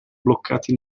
bloccati